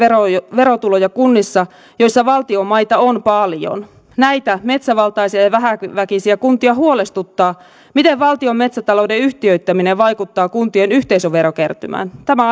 verotuloja kunnissa joissa valtion maita on paljon näitä metsävaltaisia ja vähäväkisiä kuntia huolestuttaa miten valtion metsätalouden yhtiöittäminen vaikuttaa kuntien yhteisöverokertymään tämä